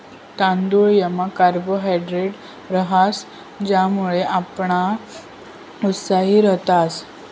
तांदुयमा कार्बोहायड्रेट रहास ज्यानामुये आपण उत्साही रातस